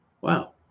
Wow